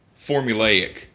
formulaic